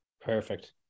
Perfect